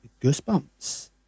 goosebumps